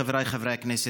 חבריי חברי הכנסת,